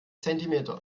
zentimeter